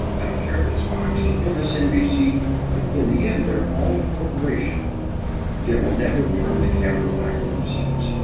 i don't care if it's fox or msnbc, in in the end, they're all a corporation that will never turn the camera back on themselves.